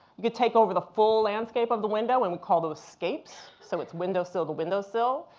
you could take over the full landscape of the window. and we call those scapes. so it's window sill to window sill.